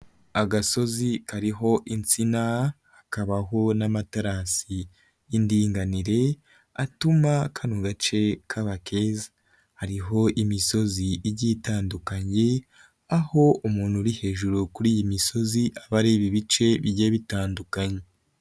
Agasozi kariho insina, hakabaho n'amaterasi y'indinganire, atuma kano gace kaba keza, hariho imisozi igiye itandukanye, aho umuntu uri hejuru kuri iyi misozi aba areba ibice bigiye bitandukanye.